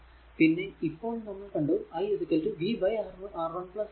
പിന്നെ ഇപ്പോൾ നമ്മൾ കണ്ടു i v R1 R2